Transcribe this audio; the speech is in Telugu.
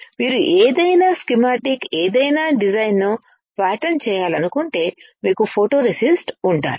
మీరు ఏదైనా స్కీమాటిక్ ఏదైనా డిజైన్ను ప్యాటర్న్ చేయాలనుకుంటే మీకు ఫోటోరేసిస్ట్ ఉండాలి